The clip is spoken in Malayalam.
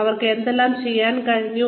അവർക്ക് എന്തെല്ലാം ചെയ്യാൻ കഴിഞ്ഞു